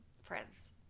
friends